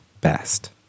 best